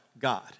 God